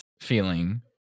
feeling